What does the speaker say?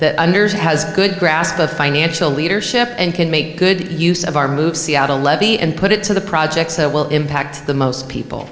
that has a good grasp of financial leadership and can make good use of our move see out a levy and put it to the projects that will impact the most people